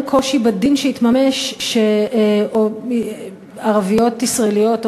אין קושי בדין שהתממש שערביות ישראליות או